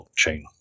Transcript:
blockchain